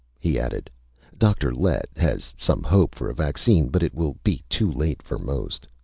he added dr. lett has some hope for a vaccine, but it will be too late for most.